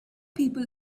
people